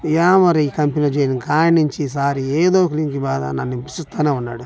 ఏమో రా ఈ కంపెనీ చేరినకాడ నుంచి సారు ఏదో ఒక లింకు మీద నన్ను హింసిస్తూనే ఉన్నాడు